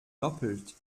doppelt